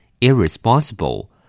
Irresponsible